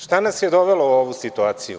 Šta nas je dovelo u ovu situaciju?